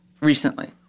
recently